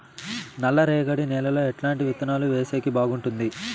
నల్లరేగడి నేలలో ఎట్లాంటి విత్తనాలు వేసేకి బాగుంటుంది?